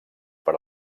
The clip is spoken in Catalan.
per